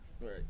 Right